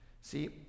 see